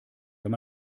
wenn